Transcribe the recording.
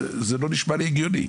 זה לא נשמע לי הגיוני.